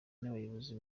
n’abayobozi